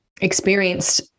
experienced